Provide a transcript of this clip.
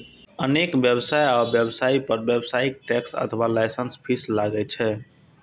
अनेक व्यवसाय आ व्यवसायी पर व्यावसायिक टैक्स अथवा लाइसेंस फीस लागै छै